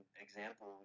example